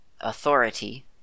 authority